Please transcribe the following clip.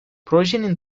projenin